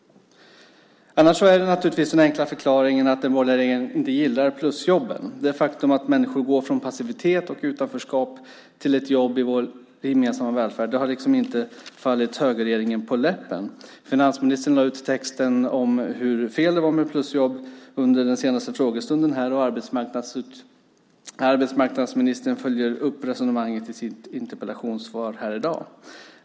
Annars är naturligtvis den enkla förklaringen att den borgerliga regeringen inte gillar plusjobben. Det faktum att människor går från passivitet och utanförskap till ett jobb i vår gemensamma välfärd har inte fallit högerregeringen på läppen. Finansministern lade ut texten om hur fel det var med plusjobb under den senaste frågestunden, och arbetsmarknadsministern följer upp resonemanget i sitt interpellationssvar här i dag.